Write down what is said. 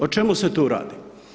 O čemu se tu radi?